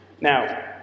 Now